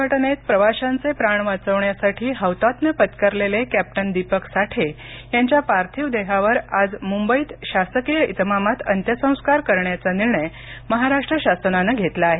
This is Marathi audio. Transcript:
कोळीकोड विमान दुर्घटनेत प्रवाशांचे प्राण वाचवण्यासाठी हौतात्म्य पत्करलेले कॅप्टन दीपक साठे यांच्या पार्थिव देहावर आज मुंबईत शासकीय इतमामात अंत्यसंस्कार करण्याचा निर्णय महाराष्ट्र शासनानं घेतला आहे